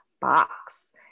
box